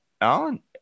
Alan